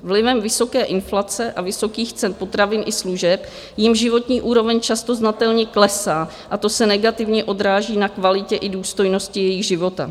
Vlivem vysoké inflace a vysokých cen potravin i služeb jim životní úroveň často znatelně klesá a to se negativně odráží na kvalitě i důstojnosti jejich života.